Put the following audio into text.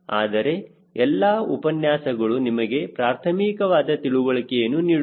ಆದರೆ ಎಲ್ಲಾ ಉಪನ್ಯಾಸಗಳು ನಿಮಗೆ ಪ್ರಾಥಮಿಕವಾದ ತಿಳುವಳಿಕೆಯನ್ನು ನೀಡುತ್ತವೆ